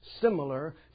similar